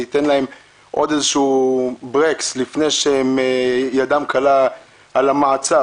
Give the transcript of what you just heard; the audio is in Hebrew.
זה ייתן להם ברקס נוסף בכדי שידם לא תהיה קלה על המעצר.